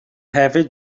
hefyd